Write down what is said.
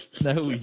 No